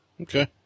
Okay